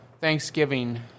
Thanksgiving